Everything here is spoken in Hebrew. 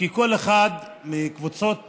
כי כל אחת מהקבוצות